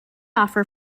offer